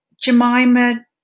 Jemima